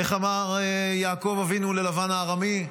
איך אמר יעקב אבינו ללבן הארמי?